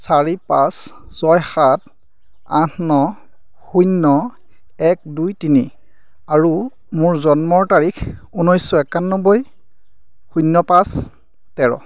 চাৰি পাঁচ ছয় সাত আঠ ন শূন্য এক দুই তিনি আৰু মোৰ জন্ম তাৰিখ ঊনৈশ একানব্বৈ শূন্য পাঁচ তেৰ